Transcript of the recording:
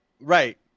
Right